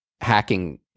hacking